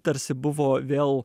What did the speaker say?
tarsi buvo vėl